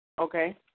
Okay